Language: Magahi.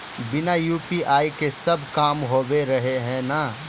बिना यु.पी.आई के सब काम होबे रहे है ना?